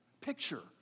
Picture